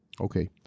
Okay